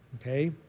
Okay